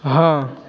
हँ